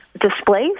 displays